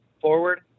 forward